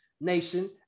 Nation